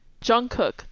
Jungkook